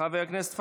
חבר הכנסת מולא,